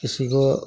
किसी को